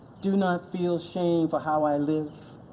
do not feel shame for how i live.